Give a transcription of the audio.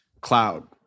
cloud